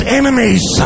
enemies